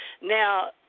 Now